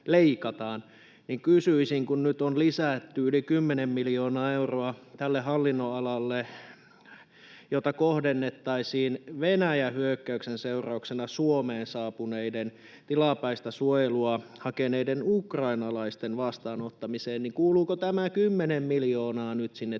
ja kun nyt on lisätty yli kymmenen miljoonaa euroa tälle hallinnonalalle, jota kohdennettaisiin Venäjän hyökkäyksen seurauksena Suomeen saapuneiden tilapäistä suojelua hakeneiden ukrainalaisten vastaanottamiseen, niin kuuluuko tämä kymmenen miljoonaa nyt sinne teidän